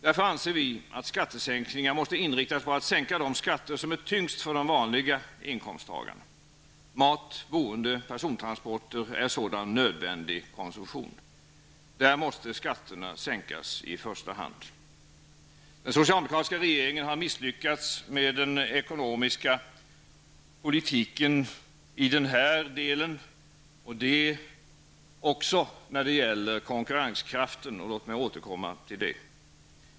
Därför anser vi, att skattesänkningar måste inriktas på att sänka de skatter som är tyngst för de vanliga inkomsttagarna. Mat, boende och persontransporter är sådan nödvändig konsumtion. Där måste skatterna sänkas i första hand. Den socialdemokratiska regeringen har misslyckats med den ekonomiska politiken och även när det gäller konkurrenskraften. Låt mig återkomma till det.